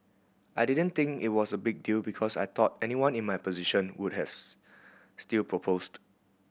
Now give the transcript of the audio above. I didn't think it was a big deal because I thought anyone in my position would have still proposed